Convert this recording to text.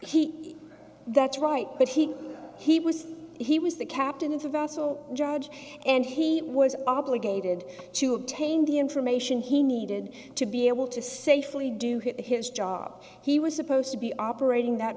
he that's right but he he was he was the captain it's a vessel judge and he was obligated to obtain the information he needed to be able to safely do his job he was supposed to be operating that